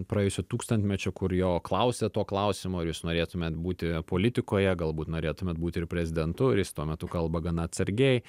praėjusio tūkstantmečio kur jo klausė to klausimo ar jūs norėtumėt būti politikoje galbūt norėtumėt būti ir prezidentu ir jis tuo metu kalba gana atsargiai